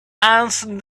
asked